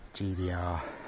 GDR